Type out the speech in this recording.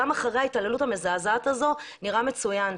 הכלב גם אחרי ההתעללות המזעזעת הזו נראה מצוין.